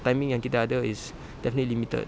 timing yang kita ada is definitely limited